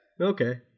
Okay